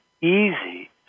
easy